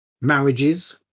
marriages